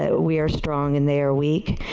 ah we are strong and they are weak.